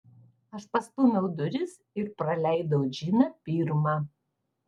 aš pastūmiau duris ir praleidau džiną pirmą